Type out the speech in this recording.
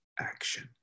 action